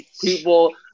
people